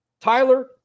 Tyler